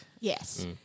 Yes